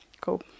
go